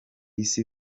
isi